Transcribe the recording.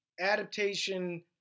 adaptation